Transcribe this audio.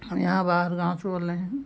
हम यहाँ बाहर गाँव से बोल रहे हैं